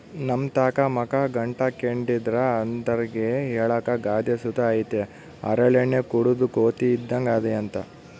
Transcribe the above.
ನಮ್ತಾಕ ಮಕ ಗಂಟಾಕ್ಕೆಂಡಿದ್ರ ಅಂತರ್ಗೆ ಹೇಳಾಕ ಗಾದೆ ಸುತ ಐತೆ ಹರಳೆಣ್ಣೆ ಕುಡುದ್ ಕೋತಿ ಇದ್ದಂಗ್ ಅದಿಯಂತ